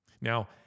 Now